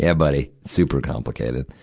yeah buddy. super complicated.